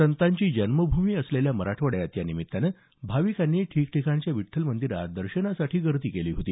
संतांची जन्मभूमी असलेल्या मराठवाड्यात या निमित्तानं भाविकांनी ठिकठिकाणच्या विठ्ठल मंदिरात दर्शनासाठी गर्दी केली होती